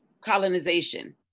colonization